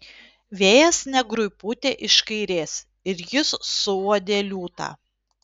vėjas negrui pūtė iš kairės ir jis suuodė liūtą